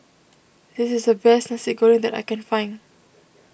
this is the best Nasi Goreng that I can find